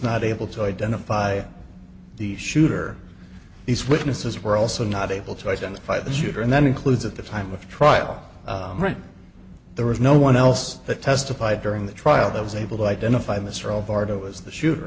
not able to identify the shooter these witnesses were also not able to identify the shooter and that includes at the time of trial there was no one else that testified during the trial that was able to identify the s